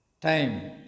Time